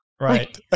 Right